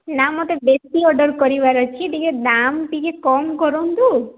ନା ମୋତେ ବେଶୀ ଅର୍ଡର୍ କରିବାର ଅଛି ଟିକେ ଦାମ ଟିକେ କମ୍ କରନ୍ତୁ